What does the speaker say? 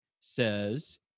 says